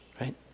right